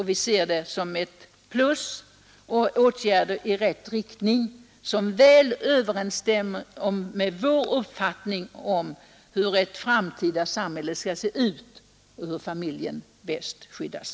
Vi ser dem som ett plus och åtgärder i rätt riktning som väl överensstämmer med vår uppfattning om hur ett framtida samhälle skall se ut, hur familjen bäst skyddas.